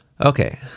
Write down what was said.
Okay